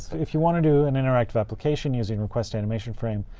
if you want to do an interactive application using requestanimationframe,